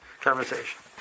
conversation